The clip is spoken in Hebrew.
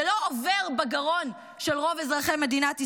זה לא עובר בגרון של רוב אזרחי מדינת ישראל.